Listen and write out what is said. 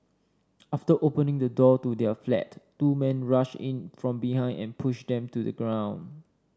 after opening the door to their flat two men rushed in from behind and pushed them to the ground